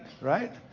Right